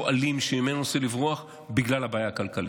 אלים שממנו ניסו לברוח בגלל הבעיה הכלכלית.